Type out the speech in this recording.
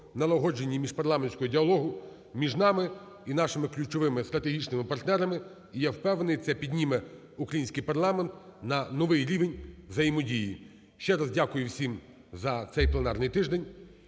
налагодженні міжпарламентського діалогу між нами і нашими ключовими стратегічними партнерами. І я впевнений, це підніме український парламент на новий рівень взаємодії. Ще раз дякую всім за цей пленарний тиждень.